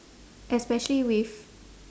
especially with